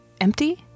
empty